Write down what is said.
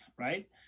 right